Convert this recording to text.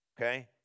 Okay